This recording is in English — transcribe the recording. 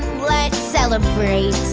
let's celebrate